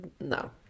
no